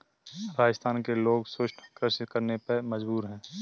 राजस्थान के लोग शुष्क कृषि करने पे मजबूर हैं